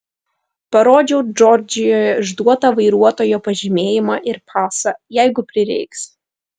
parodžiau džordžijoje išduotą vairuotojo pažymėjimą ir pasą jeigu prireiks